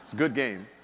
good game.